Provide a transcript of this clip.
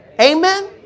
Amen